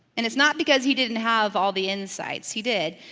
and it's not because he didn't have all the insights, he did,